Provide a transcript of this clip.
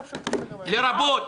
לרבות,